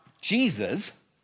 Jesus